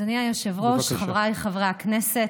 אדוני היושב-ראש, חבריי חברי הכנסת,